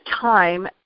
time